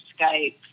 Skype